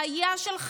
זה היה שלך,